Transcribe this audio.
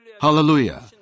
Hallelujah